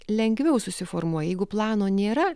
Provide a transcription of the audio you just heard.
lengviau susiformuoja jeigu plano nėra